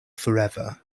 forever